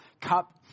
cup